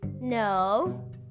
No